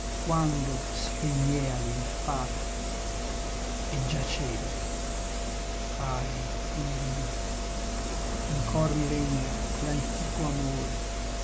quando spegneali il fato e giacevi ahi nerina in cor mi regna l'antico amor